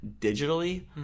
digitally